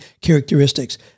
characteristics